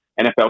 NFL